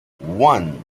one